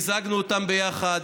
מיזגנו אותן ביחד,